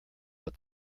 but